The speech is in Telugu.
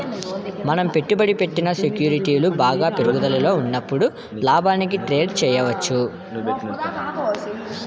మనం పెట్టుబడి పెట్టిన సెక్యూరిటీలు బాగా పెరుగుదలలో ఉన్నప్పుడు లాభానికి ట్రేడ్ చేయవచ్చు